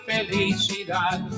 Felicidad